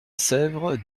sèvre